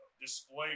display